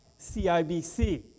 CIBC